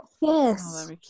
yes